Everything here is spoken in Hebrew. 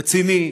רציני,